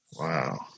Wow